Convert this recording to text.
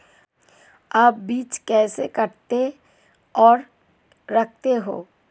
आप बीज कैसे काटते और रखते हैं?